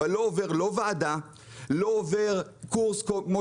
אבל לא עובר ועדה ולא עובר קורס כמו